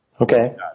Okay